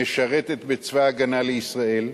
משרתת בצבא-הגנה לישראל.